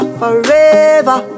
forever